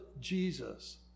Jesus